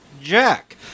Jack